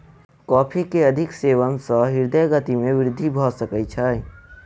coffee के अधिक सेवन सॅ हृदय गति में वृद्धि भ सकै छै